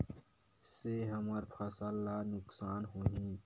से हमर फसल ला नुकसान होही?